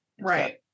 Right